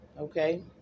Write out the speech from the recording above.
Okay